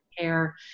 care